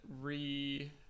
re